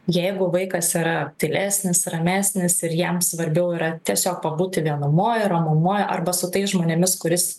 jeigu vaikas yra tylesnis ramesnis ir jam svarbiau yra tiesiog pabūti vienumoj ramumoj arba su tais žmonėmis kuris